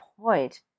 point